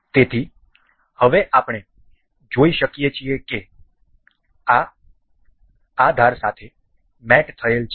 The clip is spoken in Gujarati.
તેથી હવે આપણે જોઈ શકીએ છીએ કે આ આ ધાર સાથે મેટ થયેલ છે